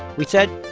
we said,